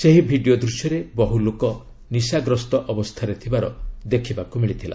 ସେହି ଭିଡ଼ିଓ ଦୃଶ୍ୟରେ ବହୁ ଲୋକ ନିଶାଗ୍ରସ୍ତ ଅବସ୍ଥାରେ ଥିବାର ଦେଖିବାକୁ ମିଳିଥିଲା